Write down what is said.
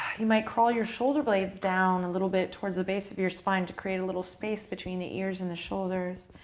you might crawl your shoulder blades down a little bit towards the base of your spine to create a little space between the ears and the shoulders,